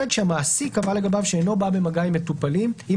שהמעסיק קבע לגביו שאינו בא במגע עם המטופלים,